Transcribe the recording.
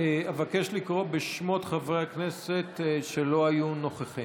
אבקש לקרוא בשמות חברי הכנסת שלא היו נוכחים.